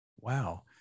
Wow